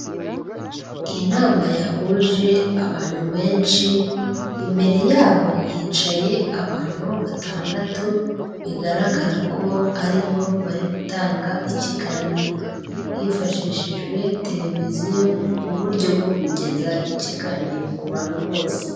Iyi nama yahuje abantu benshi, imbere yabo hicaye abantu batandatu bigaragara ko ari bo bari gutanga ikiganiro, hifashishijwe televiziyo mu buryo bwo kugeza ikiganiro ku bantu bose.